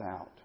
out